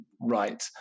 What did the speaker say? right